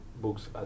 books